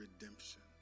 redemption